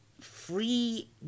free